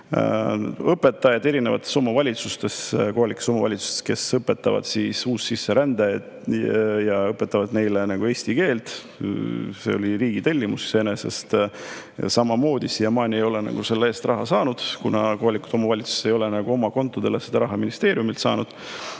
Õpetajad erinevates kohalikes omavalitsustes, kes õpetavad uussisserändajatele eesti keelt – see on iseenesest riigi tellimus – samamoodi siiamaani ei ole selle eest raha saanud, kuna kohalikud omavalitsused ei ole oma kontodele seda raha ministeeriumilt saanud.